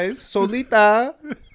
Solita